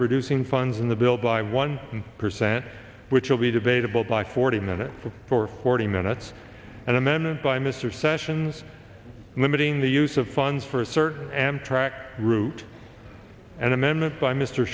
reducing funds in the bill by one percent which will be debatable by forty minutes for forty minutes and then by mr sessions limiting the use of funds for a certain amtrak route an amendment by mr